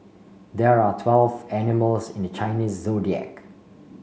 there are twelve animals in the Chinese Zodiac